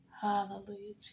Hallelujah